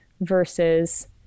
versus